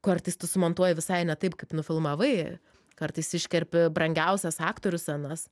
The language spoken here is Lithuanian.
kartais tu sumontuoji visai ne taip kaip nufilmavai kartais iškerpi brangiausias aktorių scenas